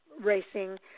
Racing